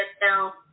now